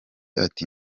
ati